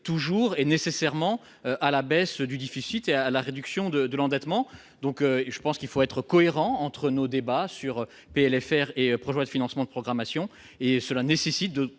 toujours et nécessairement à la baisse du difficile et à la réduction de de l'endettement, donc je pense qu'il faut être cohérent entre nos débats sur PLFR et projet de financement programmation et cela nécessite 2